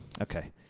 okay